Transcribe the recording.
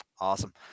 awesome